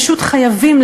פשוט חייבים,